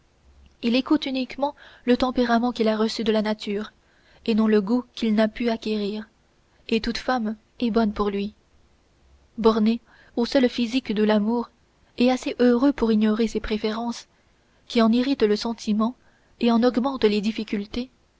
il écoute uniquement le tempérament qu'il a reçu de la nature et non le goût qu'il n'a pu acquérir et toute femme est bonne pour lui bornés au seul physique de l'amour et assez heureux pour ignorer ces préférences qui en irritent le sentiment et en augmentent les difficultés